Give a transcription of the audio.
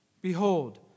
Behold